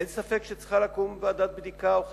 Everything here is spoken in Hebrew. אין ספק שצריכה לקום ועדת בדיקה או חקירה.